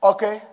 Okay